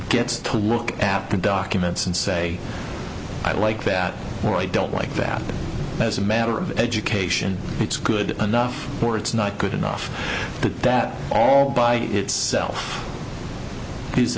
gets to look after documents and say i like that or i don't like that as a matter of education it's good enough or it's not good enough but that all by itself is